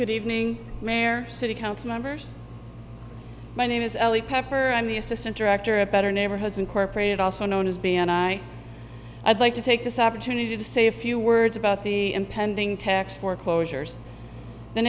good evening their city council members my name is ellie pepper i'm the assistant director of better neighborhoods incorporated also known as b and i i'd like to take this opportunity to say a few words about the impending text foreclosures the